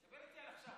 דבר איתי על עכשיו,